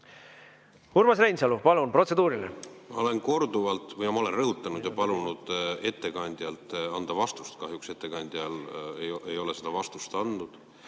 Urmas Reinsalu, palun, protseduuriline! Ma olen korduvalt rõhutanud ja palunud ettekandjal anda vastust, kahjuks ettekandja ei ole seda vastust andnud.